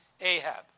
Ahab